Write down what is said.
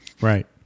Right